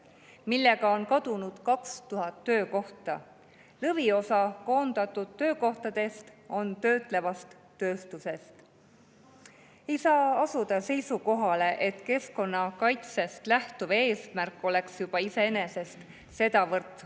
kadunud on 2000 töökohta. Lõviosa koondatud töökohtadest on töötlevas tööstuses. Ei saa asuda seisukohale, et keskkonnakaitsest lähtuv eesmärk oleks juba iseenesest sedavõrd